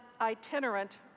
itinerant